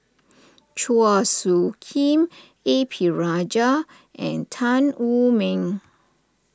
Chua Soo Khim A P Rajah and Tan Wu Meng